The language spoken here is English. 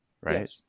right